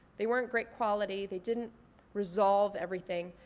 they weren't great quality, they didn't resolve everything.